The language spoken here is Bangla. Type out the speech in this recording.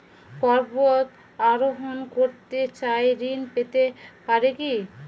পর্বত আরোহণ করতে চাই ঋণ পেতে পারে কি?